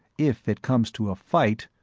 if it comes to a fight,